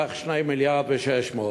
בסך 2.6 מיליארד.